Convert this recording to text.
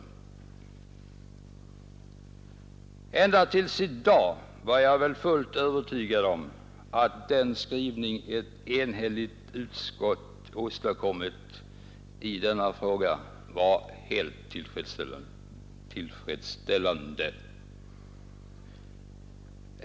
Ända till i dag var jag fullt övertygad om att den skrivning ett enhälligt utskott åstadkommit i denna fråga var helt tillfredsställande.